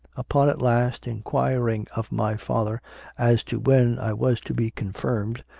upon at last inquiring of my father as to when i was to be confirmed,